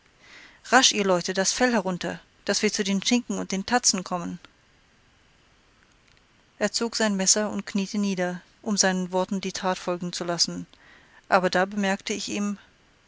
rasch ihr leute das fell herunter daß wir zu dem schinken und den tatzen kommen er zog sein messer und kniete nieder um seinen worten die tat folgen zu lassen da aber bemerkte ich ihm